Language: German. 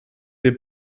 wir